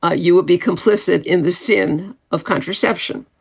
ah you would be complicit in the sin of contraception.